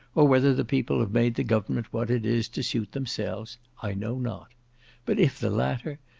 or whether the people have made the government what it is, to suit themselves, i know not but if the latter,